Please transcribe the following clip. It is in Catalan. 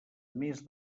més